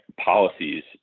policies